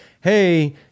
hey